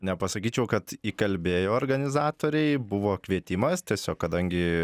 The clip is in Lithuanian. nepasakyčiau kad įkalbėjo organizatoriai buvo kvietimas tiesiog kadangi